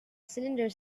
cylinder